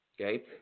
Okay